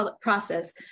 process